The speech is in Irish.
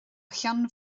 cheann